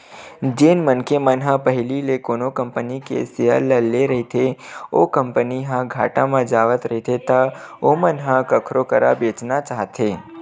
जेन मनखे मन ह पहिली ले कोनो कंपनी के सेयर ल लेए रहिथे अउ ओ कंपनी ह घाटा म जावत रहिथे त ओमन ह कखरो करा बेंचना चाहथे